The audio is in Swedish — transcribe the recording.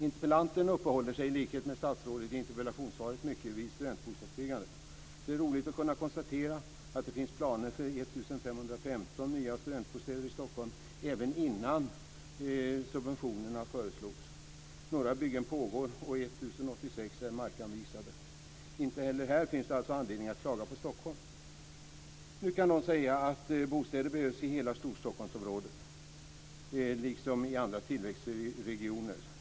Interpellanten uppehåller sig i likhet med statsrådet i interpellationssvaret mycket vid studentbostadsbyggandet. Det är roligt att kunna konstatera att det finns planer för 1 515 nya studentbostäder i Stockholm, även innan subventionerna föreslogs. Några byggen pågår, och 1 086 är markanvisade. Inte heller här finns det alltså anledning att klaga på Stockholm. Nu kan någon säga att det behövs bostäder i hela Storstockholmsområdet liksom i andra tillväxtregioner.